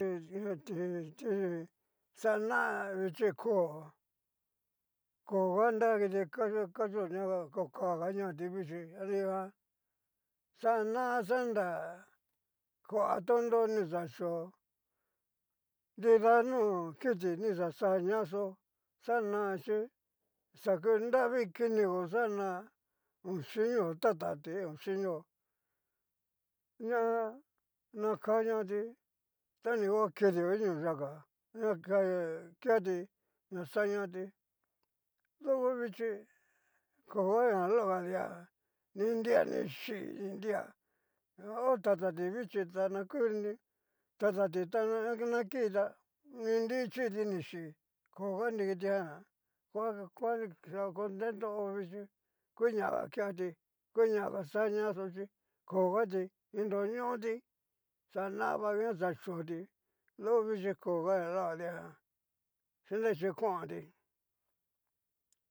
Tititi xana chikó ko ga nra kiti ka kachó ña kokaga ñati vichi a nruguan xana xanra, kua toró ni xa yoó nrida no kiti ni xa xañaxó xana chí ni xa ku nravi kinigo xana ho xhinio tatati ho xhinio ña na ka ñati tani ngua kidio iño yaká ña ke keti ña xañati tuku vichí, koga ña lokadia ni nria ni xii ni nria ta na ho tatati vichí tana kuni tatati nakita ni nrichiti ni xí koga ni kitijan kua kua xa contento ho vichi nguñaga keati nguñaga xa ñaxó chí kogati ni nruñoti xanava nguan ni xa choti loko vichi koga na lokadiajan china ichi kuanti.